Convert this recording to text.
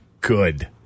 good